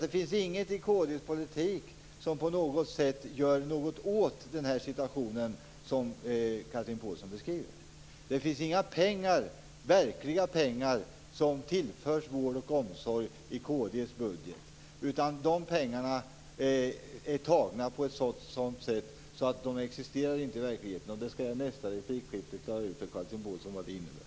Det finns inget i kd:s politik som på något sätt gör något åt den situation som Chatrine Pålsson beskriver. Det finns inga verkliga pengar som tillförs vård och omsorg i kd:s budget. De pengarna är tagna på ett sådant sätt att de inte existerar i verkligheten. Jag skall i nästa replikskifte klara ut för Chatrine Pålsson vad det innebär.